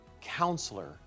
Counselor